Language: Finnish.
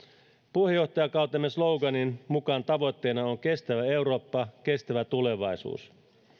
puheenjohtajakautemme sloganin mukaan tavoitteena on kestävä eurooppa kestävä tulevaisuus